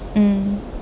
mm